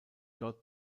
dort